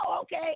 Okay